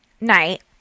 night